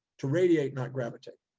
to radiate, not gravitate.